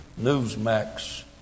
Newsmax